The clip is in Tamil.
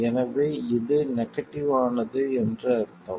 எனவே இது நெகடிவ் ஆனது என்று அர்த்தம்